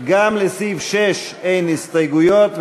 גם לסעיף 6 אין הסתייגויות,